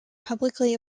publicly